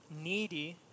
needy